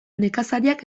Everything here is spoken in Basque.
nekazariak